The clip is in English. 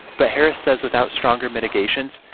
but harris says without stronger mitigations,